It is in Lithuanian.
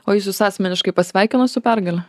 o jis jus asmeniškai pasveikino su pergale